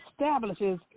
establishes